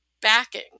backing